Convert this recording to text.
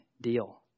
deal